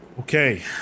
Okay